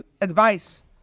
advice